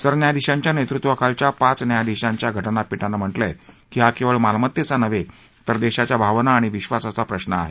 सरन्यायाधीशांच्या नेतृत्वाखालच्या पाच न्यायाधिशांच्या घटनापीठानं म्हटलय की हा केवळ मालमत्तेचा नव्हे तर देशाच्या भावना आणि विधासाचा प्रश्न आहे